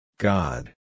God